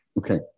Okay